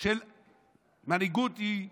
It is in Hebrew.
של מנהיגות, אנושיות.